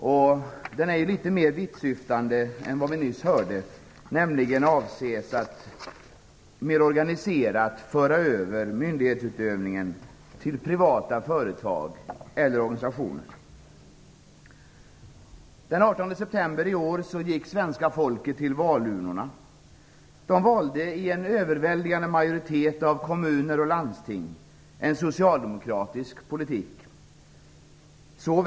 Motionen är litet mer vittsyftande än vad vi nyss hörde. Den avser nämligen att mer organiserat föra över myndighetsutövningen till privata företag eller organisationer. Den 18 september i år gick det svenska folket till valurnorna. Det valde i en överväldigande majoritet av kommuner och landsting en socialdemokratisk politik.